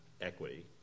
equity